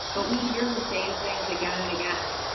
but we hear the same things again and again.